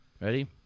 Ready